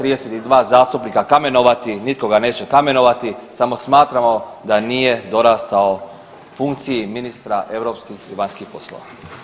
32 zastupnika kamenovati, nitko ga neće kamenovati, samo smatramo da nije dorastao funkciji ministra europskih i vanjskih poslova.